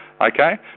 okay